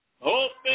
Open